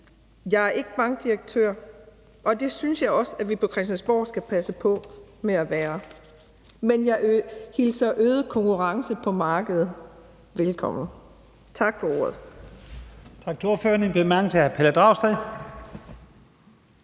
er jeg ikke bankdirektør, og det synes jeg også at vi på Christiansborg skal passe på med at være, men jeg hilser øget konkurrence på markedet velkommen. Tak for ordet.